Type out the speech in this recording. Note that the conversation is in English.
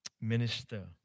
minister